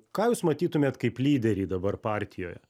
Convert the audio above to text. ką jūs matytumėt kaip lyderį dabar partijoje